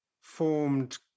formed